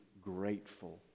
grateful